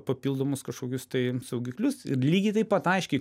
papildomus kažkokius tai saugiklius ir lygiai taip pat aiškiai